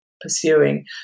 pursuing